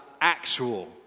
actual